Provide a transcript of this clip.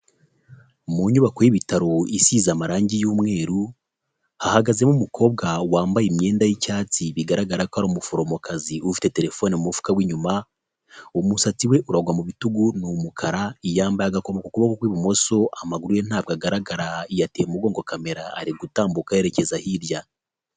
Mu nyubako y'ibitaro isize amarangi y'umweru hahagazemo umukobwa wambaye imyenda y'icyatsi bigaragara ko ari umuforomokazi ufite telefone mu mufuka w'inyuma umusatsi we uragwa mu bitugu ni umukara yambaye agakomo ku kuboko kw'ibumoso amaguru ye ntabwo agaragara yateye umugongo kamera ari gutambuka yerekeza hirya.